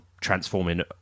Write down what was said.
transforming